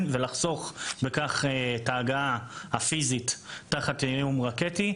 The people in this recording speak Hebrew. ולחסוך בכך את ההגעה הפיזית תחת איום רקטי.